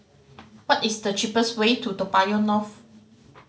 what is the cheapest way to Toa Payoh North